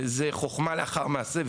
וזה חוכמה לאחר מעשה.